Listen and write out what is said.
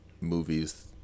movies